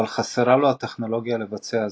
אבל חסרה לו הטכנולוגיה לבצע זאת.